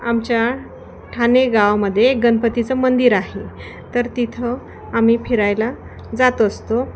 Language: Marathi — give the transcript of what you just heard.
आमच्या ठाणे गावामध्ये गणपतीचं मंदिर आहे तर तिथं आम्ही फिरायला जात असतो